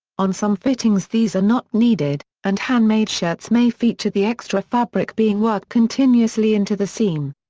on some fittings these are not needed, and handmade shirts may feature the extra fabric being worked continuously into the seam.